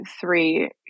three